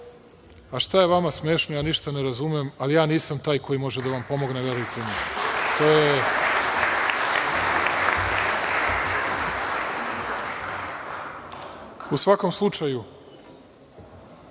Šta je vama smešno? Ništa ne razumem, ali ja nisam taj koji može da vam pomogne, verujte mi.U svakom slučaju,